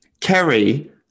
Kerry